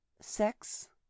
sex